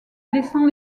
blessant